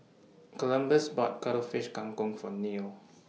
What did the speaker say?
Columbus bought Cuttlefish Kang Kong For Neil